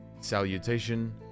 Salutation